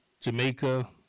Jamaica